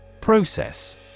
Process